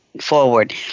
forward